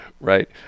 right